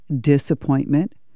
disappointment